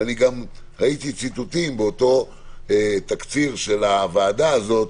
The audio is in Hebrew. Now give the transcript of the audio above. וגם ראיתי ציטוטים באותו תקציר של הוועדה הזאת,